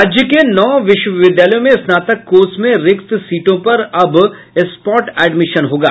राज्य के नौ विश्वविद्यालयों में स्नातक कोर्स में रिक्त सीटों पर अब स्पॉट एडमिशन होगा